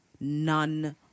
none